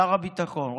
שר הביטחון,